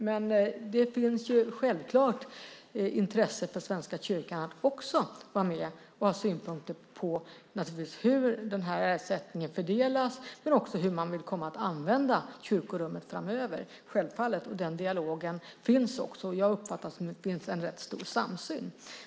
Men det finns självklart intresse för Svenska kyrkan att vara med och ha synpunkter på hur den här ersättningen fördelas, men också på hur man vill använda kyrkorummet framöver, självfallet. Den dialogen förs också. Jag uppfattar att det finns en rätt stor samsyn.